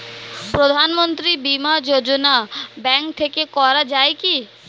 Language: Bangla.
প্রধানমন্ত্রী বিমা যোজনা ব্যাংক থেকে করা যায় কি?